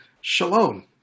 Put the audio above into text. shalom